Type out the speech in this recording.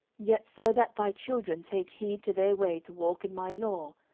yet so that thy children take heed to their way to walk in my law,